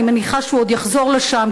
אני מניחה שהוא עוד יחזור לשם,